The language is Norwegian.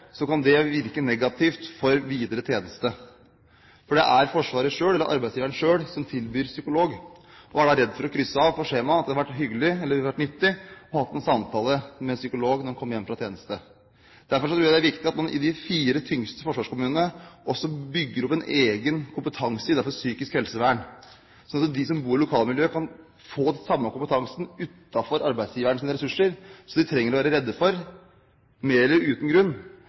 kan det virke negativt for videre tjeneste. For det er Forsvaret selv – eller arbeidsgiver – som tilbyr psykolog, og man er da redd for å krysse av på skjema at det ville vært nyttig å ha en samtale med psykolog når man kommer hjem fra tjeneste. Derfor tror jeg det er viktig at man i de fire tyngste forsvarskommunene bygger opp en egen kompetanse innenfor psykisk helsevern, at de som bor i lokalmiljøet, kan få nytte av den samme kompetansen utenfor arbeidsgiverens ressurser, slik at de ikke trenger å være redde for – med eller uten grunn